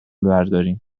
برداریم